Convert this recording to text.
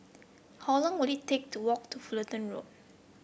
how long will it take to walk to Fullerton Road